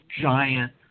giant